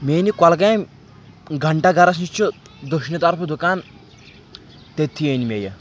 مے أنۍ یہِ کۄلگامہِ گھنٹا گرس نِش چھُ دٔشنہِ طرفہٕ دُکان تٔتتھی أنۍ مےٚ یہِ